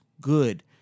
good